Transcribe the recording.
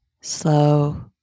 slow